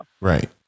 Right